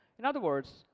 in other words,